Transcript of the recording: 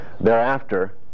Thereafter